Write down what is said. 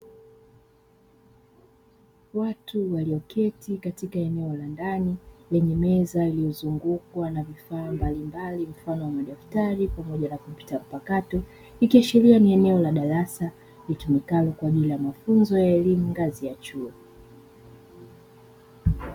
Watu walioketi katika eneo la ndani lenye meza iliyozungukwa na vifaa mbalimbali mfano wa madaftari pamoja na kompyuta mpakato, ikiashiria ni eneo la darasa litumikalo kwa ajili ya mafunzo ya elimu ngazi ya chuo.